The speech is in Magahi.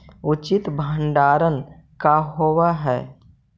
उचित भंडारण का होव हइ?